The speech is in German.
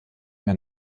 mehr